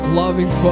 loving